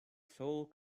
sole